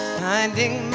finding